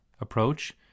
approach